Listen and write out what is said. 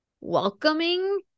welcoming